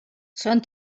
són